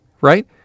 Right